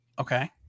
Okay